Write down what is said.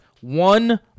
one